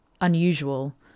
unusual